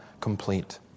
complete